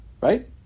Right